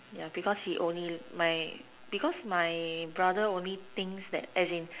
because he only my because my brother only thinks that as in